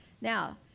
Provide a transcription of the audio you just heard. Now